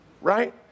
Right